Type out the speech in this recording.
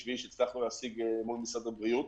ב-20.7 שהצלחנו להשיג מול משרד הבריאות,